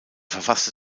verfasste